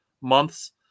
months